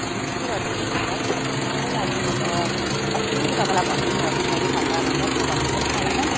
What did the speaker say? हेर्नु कस्तो रड्डी भयो मलाई कस्तो लाग्यो म त अस्तिदेखि तपाईँलाई भनौँ भनौँ भनौँ भन्दा भन्दा त्यो भन्नु पनि पाइनँ